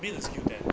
main 的是 you ten